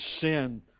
sin